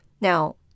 Now